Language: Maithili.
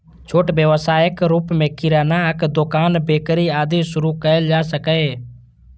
छोट व्यवसायक रूप मे किरानाक दोकान, बेकरी, आदि शुरू कैल जा सकैए